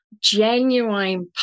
genuine